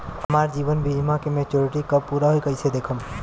हमार जीवन बीमा के मेचीयोरिटी कब पूरा होई कईसे देखम्?